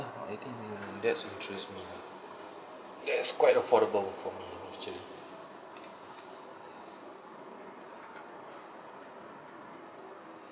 I think uh that's interest me that's quite affordable for me actually